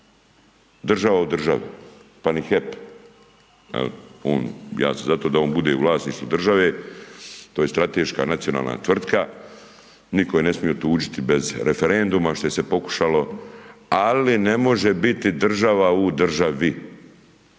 država u državi, pa ni HEP, jer on, ja sam za to da on bude u vlasništvu države, to je strateška nacionalna tvrtka, nitko je ne smije otuđiti bez referenduma, što se pokušalo, ali ne može biti država u državi.